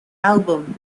album